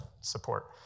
support